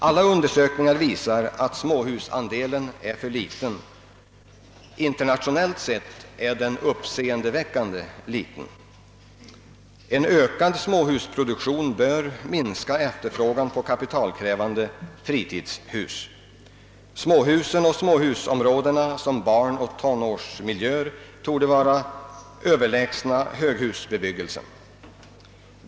Alla undersökningar visar att småhusandelen är för liten. Internationellt sett är den uppseendeväckande liten. En ökad småhusproduktion bör minska efterfrågan på kapitalkrävande fritidshus. Småhusen och småhusområden som barnoch tonårsmiljöer torde vara överlägsna höghusbebyggelsen.